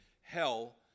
hell